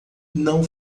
não